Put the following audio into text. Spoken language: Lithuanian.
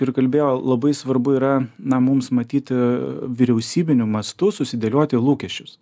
ir kalbėjau labai svarbu yra na mums matyti vyriausybiniu mastu susidėlioti lūkesčius